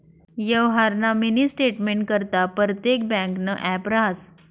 यवहारना मिनी स्टेटमेंटकरता परतेक ब्यांकनं ॲप रहास